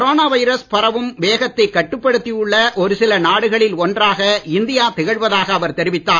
corona virus பரவும் வேகத்தை கட்டுப்படுத்தி உள்ள ஒரு சில நாடுகளில் ஒன்றாக இந்தியா திகழ்வதாக அவர் தெரிவித்தார்